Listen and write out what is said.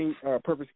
Purpose